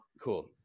Cool